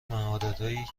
مهارتهایی